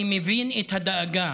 אני מבין את הדאגה